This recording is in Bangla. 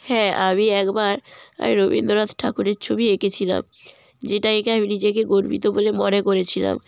হ্যাঁ আমি একবার আমি রবীন্দ্রনাথ ঠাকুরের ছবি এঁকেছিলাম যেটা এঁকে আমি নিজেকে গর্বিত বলে মনে করেছিলাম